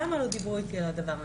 למה לא דיברו איתי על הדבר הזה?